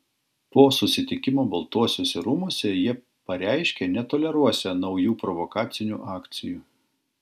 po susitikimo baltuosiuose rūmuose jie pareiškė netoleruosią naujų provokacinių akcijų